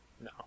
No